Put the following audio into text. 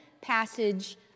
passage